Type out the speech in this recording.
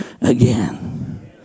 again